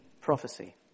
prophecy